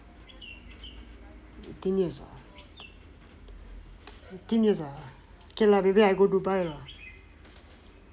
eighteen years ah eighteen years ah okay lah maybe I go dubai lah